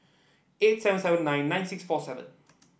eight seven seven nine nine six four seven